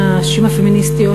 הנשים הפמיניסטיות,